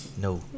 No